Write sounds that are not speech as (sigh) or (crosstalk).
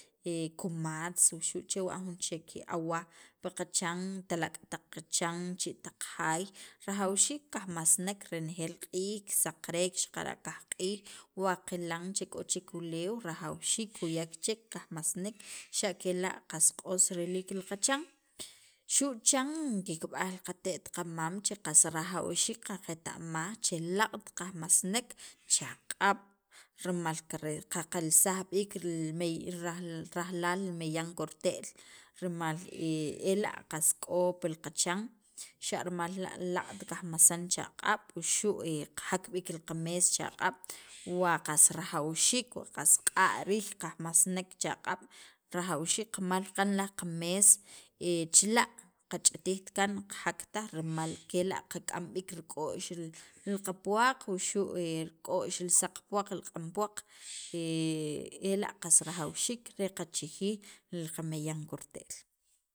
e kumatz wuxu' jun chek awaj pi qachan talak' taq qachan chi' taq jaay, rajawxiik kajmasnek renejeel q'iij kisaqarek xaqara' qajq'iij wa qilan che k'o chek uleew (noise) rajawxiik juyak chek kajmasanek (noise) xa' kela' qas q'os riliik qachan xu' chan kikb'aj li qate't qamam qas rajawxiik qaqeta'maj che laaq't kajmasnek chaq'ab' rimal qaqelsaj b'iik li meya rajlaal li meyan korte'l rimal (hesitation) ela' qas k'o pil kachan, xa' rimal la' laaq't kajmasin chaq'ab' wuxu' qajak b'iik li qamees chaq'ab', wa qas rajawxiik wa qas q'a' riij kajmasnek chaq'ab' rajawxiik qamal kaan laj qamees chila' qajak taj rimal kela' qak'am b'iik rik'o'x li qapuwaq wuxu' rik'o'x li saq puwaq, li q'an puwaq (hesitation) ela' rajawxiik re qachijij li qameyan korte'l.